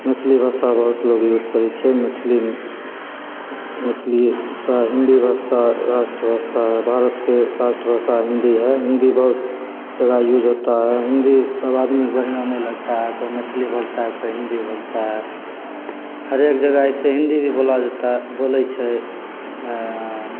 मैथिली भाषा बहुत लोक यूज करै छै मैथिलीमे मैथिलीसे हिन्दी भाषा राष्ट्रभाषा भारत के राष्ट्रभाषा हिन्दी है हिन्दी बहुत जगह यूज होता है हिन्दी सब आदमी के बढ़िआँ नहीं लगता है कोई मैथिली बोलता है कोई हिन्दी बोलता है हरेक जगह ऐसे हिन्दी भी बोला जाता है बोलै छै